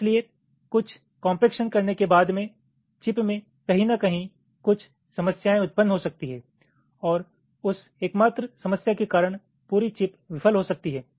इसलिए कुछ कोम्पेक्शन करने के बाद में चिप में कहीं न कहीं कुछ समस्याएं उत्पन्न हो सकती हैं और उस एकमात्र समस्या के कारण पूरी चिप विफल हो सकती है